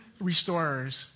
restorers